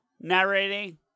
narrating